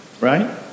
Right